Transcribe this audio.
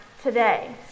today